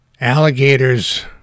Alligators